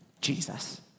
Jesus